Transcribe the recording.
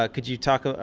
ah could you talk,